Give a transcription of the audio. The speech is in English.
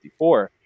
1954